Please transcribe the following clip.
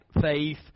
faith